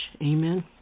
Amen